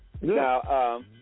Now